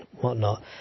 whatnot